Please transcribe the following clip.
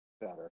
better